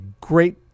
great